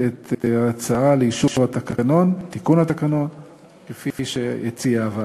את ההצעה לתיקון התקנון כפי שהציעה הוועדה.